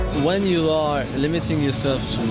when you are limiting yourself